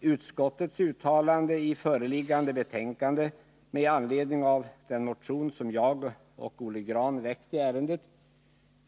utskottets uttalande i föreliggande betänkande med anledning av den motion som jag och Olle Grahn väckt i ärendet.